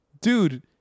dude